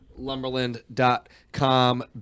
Lumberland.com